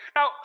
Now